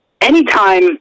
Anytime